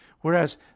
Whereas